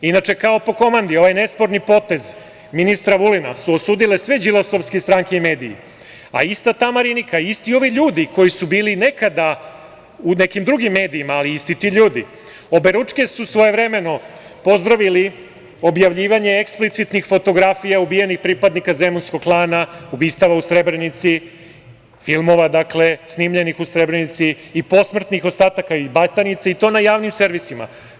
Inače, kao po komandi, ovaj nesporni potez ministra Vulina su osudile sve đilasovske stranke i mediji, a ista ta Marinika, isti ovi ljudi koji su bili nekada u nekim drugim medijima, ali isti ti ljudi, oberučke su svojevremeno pozdravili objavljivanje eksplicitnih fotografija ubijenih pripadnika zemunskog klana, ubistava u Srebrenici, filmova snimljenih u Srebrenici i posmrtnih ostataka iz Batajnice, i to na javnim servisima.